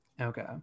Okay